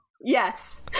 yes